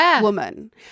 woman